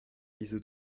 wieso